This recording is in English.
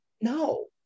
No